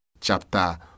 chapter